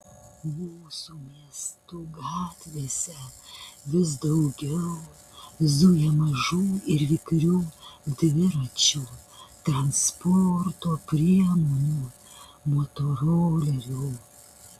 mūsų miestų gatvėse vis daugiau zuja mažų ir vikrių dviračių transporto priemonių motorolerių